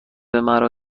مرا